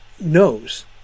knows